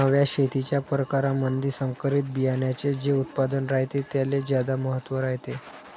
नव्या शेतीच्या परकारामंधी संकरित बियान्याचे जे उत्पादन रायते त्याले ज्यादा महत्त्व रायते